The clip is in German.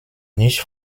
nicht